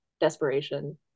desperation